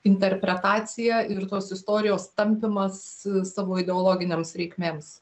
interpretaciją ir tos istorijos tampymas savo ideologinėms reikmėms